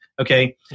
okay